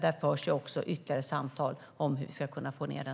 Där förs ytterligare samtal om hur vi ska kunna få ned den.